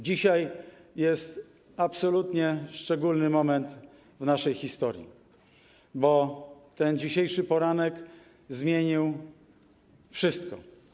Dzisiaj jest absolutnie szczególny moment w naszej historii, bo ten dzisiejszy poranek zmienił wszystko.